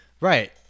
right